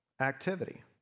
activity